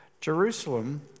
Jerusalem